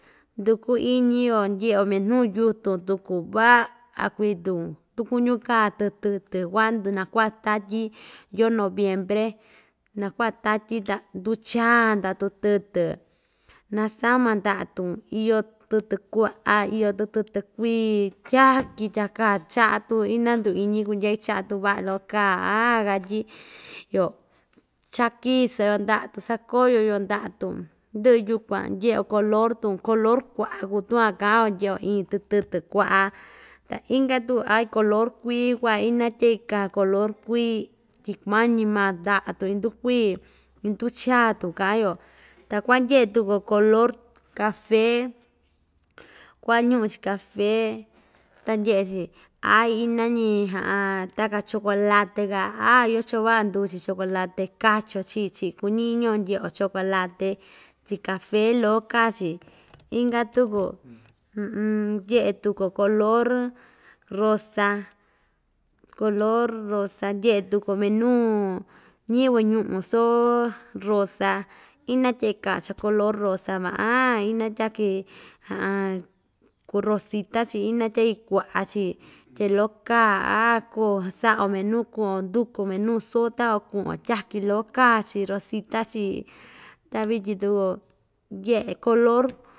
Nduku iñi‑yo ndyeꞌe‑yo minuu yutun tuku vaꞌa kuitun tukuñu kaa tukuñu kaa tutɨtɨ kuan tu nakuaꞌa tatyi yoo noviembre nakuaꞌa tatyi ta nduchaa ndaꞌa tutɨtɨ nasama ndaꞌa‑tun iyo tɨtɨ kuaꞌa iyo tutɨtɨ kui tyaki tya kaa chaꞌa tun ina nduu iñu kundyai chaꞌa tun vaꞌa loko kaa aa katyi yo cha kiso‑yo ndaꞌa tun sakoyo‑yo ndaꞌa‑tun ndɨꞌɨ yukuan ndyeꞌe‑yo color‑tun color kuaꞌa kuu tuun van kaꞌa‑yo ndyeꞌe‑yo iin tɨtɨtɨ kuaꞌa ta inka tuku aai color kui kuaꞌa ina tyaki kaa color kuii mañi maa ndaꞌa‑tun indukui induchaa‑tun kaꞌa‑yo ta kuandyeꞌe tuku‑yo color cafe kuaꞌa ñuꞌu‑chi cafe ta ndyeꞌe‑chi aai ina‑ñi taka chocolate kaa yocho vaꞌa nduu‑chi chocolate kachi‑yo chii‑chi kuñi iñi‑yo ndyeꞌe‑yo chocolate tyi cafe loko kaa‑chi inka tuku ndyeꞌe tuku‑yo color rosa color rosa ndyeꞌe tuku‑yo minuu ñiyɨvɨ ñuꞌu soo rosa ina tyaki kaa cha color rosa van aa ina tyatyi kuu rosita‑chi ina tyaki kuaꞌa‑chi tyai loko kaa koo saꞌa‑yo minuu kuꞌu‑yo nduku‑yo minuu soo takuan kuꞌu‑yo tyaki loko kaa‑chi rosita‑chi ta vityin tuku ndyeꞌe color.